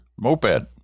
moped